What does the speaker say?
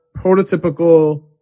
prototypical